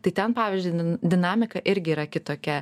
tai ten pavyzdžiui dinamika irgi yra kitokia